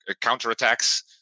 counterattacks